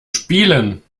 spielen